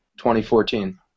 2014